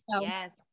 yes